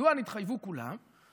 מדוע נתחייבו כולם?